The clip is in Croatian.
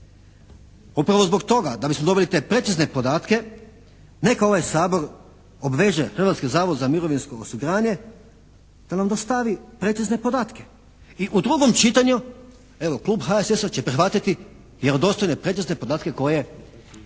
Upravo zbog toga da bismo dobili te precizne podatke, neka ovaj Sabor obveže Hrvatski zavod za mirovinsko osiguranje da nam dostavi precizne podatke i u drugom čitanju, evo klub HSS-a će prihvatiti vjerodostojne, precizne podatke koje